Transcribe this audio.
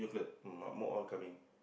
Mak Muk all coming